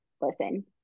listen